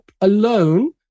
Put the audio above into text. alone